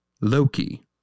Loki